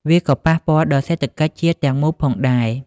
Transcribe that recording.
វាក៏ប៉ះពាល់ដល់សេដ្ឋកិច្ចជាតិទាំងមូលផងដែរ។